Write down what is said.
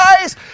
guys